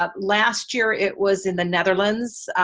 ah last year it was in the netherlands.